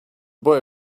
boy